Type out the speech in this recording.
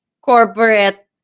corporate